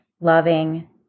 loving